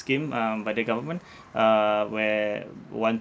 scheme um by the government uh where one